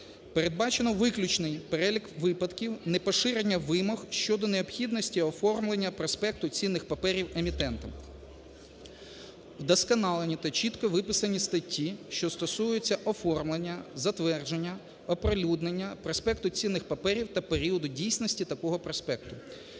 Передбачено виключний перелік випадків непоширення вимог щодо необхідності оформлення проспекту цінних паперів емітентами. Вдосконалені та чітко виписані статті, що стосуються оформлення, затвердження, оприлюднення проспекту цінних паперів та періоду дійсності такого проспекту.